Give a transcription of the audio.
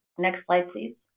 next slide, please.